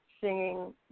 singing